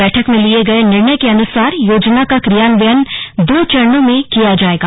बैठक में लिये गये निर्णय के अनुसार योजना का क्रियान्वयन दो चरणों में किया जायेगा